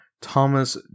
Thomas